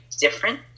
different